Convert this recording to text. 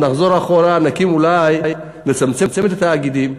נחזור אחורה ונצמצם את התאגידים,